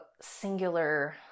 singular